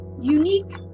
unique